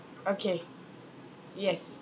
okay yes